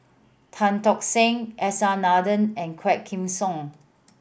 Tan Tock San S R Nathan and Quah Kim Song